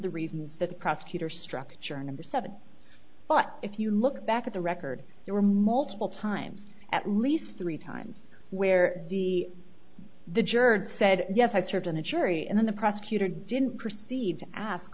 the reasons that the prosecutor structure number seven but if you look back at the record there were multiple times at least three times where the the juror said yes i served on a jury and then the prosecutor didn't perce